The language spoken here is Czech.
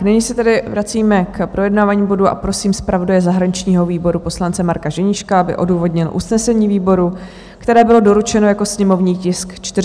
Nyní se tedy vracíme k projednávání bodu a prosím zpravodaje zahraničního výboru poslance Marka Ženíška, aby odůvodnil usnesení výboru, které bylo doručeno jako sněmovní tisk 462/3.